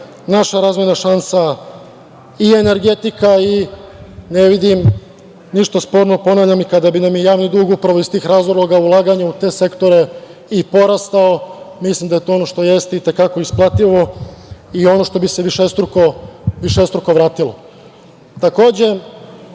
naša razvojna šansa i energetika i ne vidim ništa sporno, ponavljam, kada bi nam javni dug, upravo iz tih razloga, ulaganje u te sektore, i porastao. Mislim da je to i te kako isplativo i ono što bi se višestruko vratilo. Takođe,